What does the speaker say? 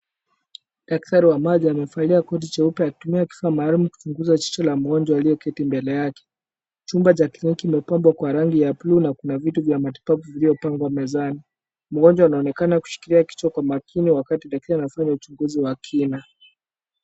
Daktari wa macho amevalia koti cheupe akitumia kifaa maalum kuchunguza jicho la mgonjwa aliyeketi mbele yake. Chumba cha kliniki kimepambwa kwa rangi ya buluu na kuna vitu vya matibabu vilivyopangwa mezani. Mgonjwa anaonekana akishikila kichwa kwa makini wakati daktari anafanya uchunguzi wa kina.